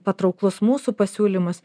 patrauklus mūsų pasiūlymas